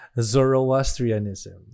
Zoroastrianism